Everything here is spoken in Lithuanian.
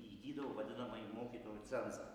įgydavo vadinamąjį mokytojo cenzą